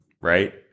right